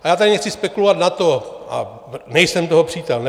Já tady nechci spekulovat a nejsem toho přítel.